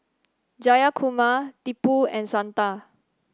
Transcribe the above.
Jayakumar Tipu and Santha